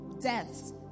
deaths